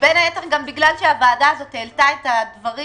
ובין היתר גם בגלל שהוועדה הזאת העלתה את הדברים